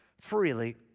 freely